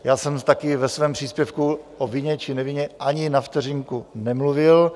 Já jsem taky ve svém příspěvku o vině či nevině ani na vteřinku nemluvil.